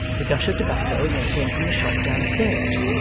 the gush of tobacco came from the shop downstairs,